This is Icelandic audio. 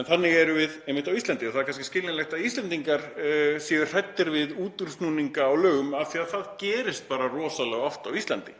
En þannig erum við einmitt á Íslandi og það er kannski skiljanlegt að Íslendingar séu hræddir við útúrsnúninga á lögum af því að það gerist bara rosalega oft á Íslandi.